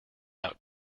out